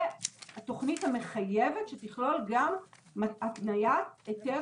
והתוכנית המחייבת שתכלול גם התניית היתר